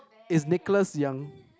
is Nicholas-Yong